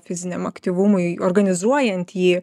fiziniam aktyvumui organizuojant jį